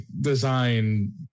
design